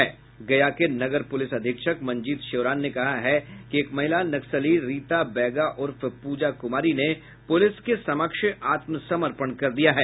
गया के नगर पुलिस अधीक्षक मंजीत श्योराण ने कहा है कि एक महिला नक्सली रीता बैगा उर्फ प्रजा कुमारी ने पुलिस के समक्ष आत्मसमर्पण कर दिया है